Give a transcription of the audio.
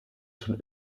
schon